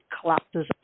collapses